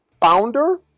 founder